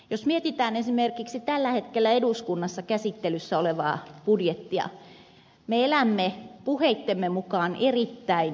jos mietitään esimerkiksi tällä hetkellä eduskunnassa käsittelyssä olevaa budjettia me elämme puheittemme mukaan erittäin tiukkaa aikaa